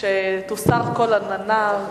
ושתוסר כל עננה.